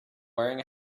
wearing